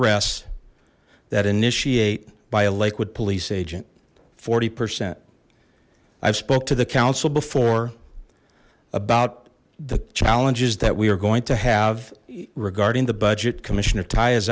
arrests that initiate by a liquid police agent forty percent i've spoke to the council before about the challenges that we are going to have regarding the budget commissioner tires